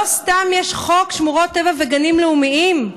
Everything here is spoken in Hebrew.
לא סתם יש חוק שמורות טבע וגנים לאומיים,